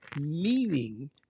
meaning